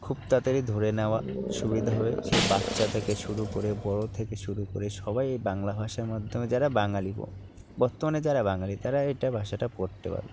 খুব তাড়াতাড়ি ধরে নেওয়া সুবিধা হবে সে বাচ্চা থেকে শুরু করে বড় থেকে শুরু করে সবাই এই বাংলা ভাষা মাধ্যমে যারা বাঙালি বর্তমানে যারা বাঙালি তারা এইটা ভাষাটা পড়তে পারে